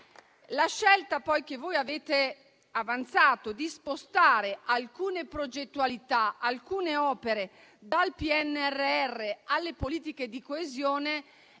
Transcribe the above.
scelta, poi, che avete avanzato di spostare alcune progettualità dal PNRR alle politiche di coesione